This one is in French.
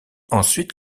ensuite